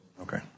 Okay